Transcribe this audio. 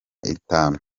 itanu